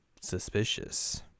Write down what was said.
suspicious